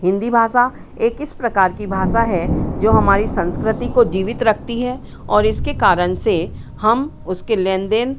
हिन्दी भाषा एक इस प्रकार की भाषा है जो हमारी संस्कृति को जीवित रखती है और इसके कारण से हम उसके लेन देन